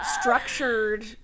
structured